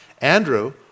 Andrew